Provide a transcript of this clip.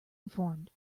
informed